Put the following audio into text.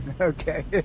Okay